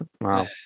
Wow